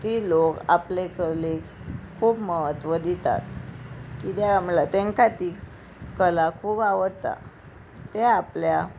ती लोक आपले कलेक खूब म्हत्व दितात कित्याक म्हळ्यार तेंका ती कला खूब आवडटा ते आपल्या